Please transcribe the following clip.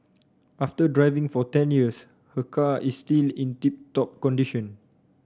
after driving for ten years her car is still in tip top condition